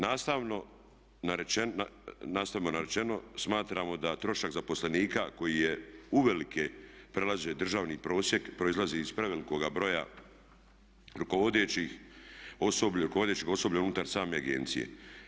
Nastavno rečeno smatramo da trošak zaposlenika koji je uvelike prelazio državni prosjek proizlazi iz prevelikog broja rukovodećih, rukovodećeg osoblja unutar same agencije.